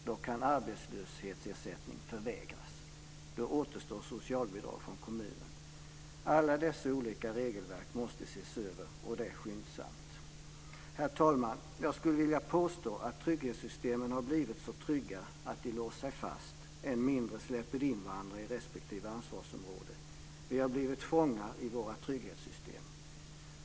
Då kan arbetslöshetsersättning förvägras. Då återstår socialbidrag från kommunen. Alla dessa olika regelverk måste ses över, och det skyndsamt. Herr talman! Jag skulle vilja påstå att trygghetssystemen har blivit så trygga att de har låst sig fast. Än mindre släpper de in varandra i respektive ansvarsområde. Vi har blivit fångna i våra trygghetssystem.